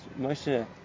Moshe